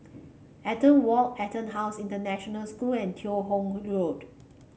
Eaton Walk EtonHouse International School and Teo Hong Road